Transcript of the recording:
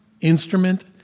instrument